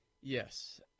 yes